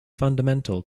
fundamental